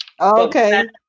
Okay